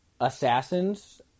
assassins